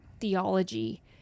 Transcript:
theology